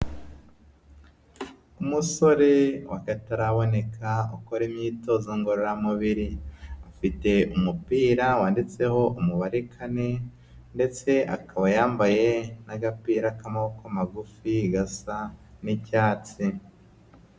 Umusore w'akataraboneka ukora imyitozo ngororamubiri, afite umupira wanditseho umubare kane ndetse akaba yambaye n'agapira k'amaboko magufi gasa n'icyatsi.